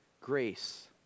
grace